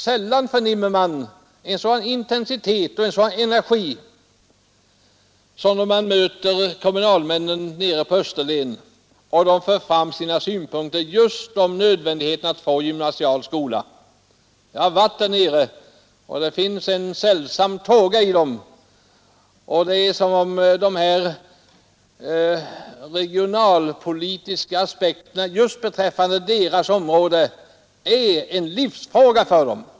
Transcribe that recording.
Sällan förnimmer man en sådan intensitet och energi som då man hör kommunalmännen i Österlen föra fram sina synpunkter just på nödvändigheten att få en gymnasieskola. Jag har varit där och kan betyga att det finns en sällsam tåga i dem. Det är som om de regionalpolitiska aspekterna är en livsfråga för dem.